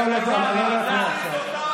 לא להפריע עכשיו.